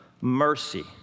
mercy